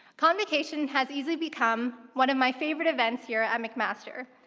convocation has easily become one of my favorite events here at mcmaster.